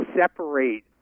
separate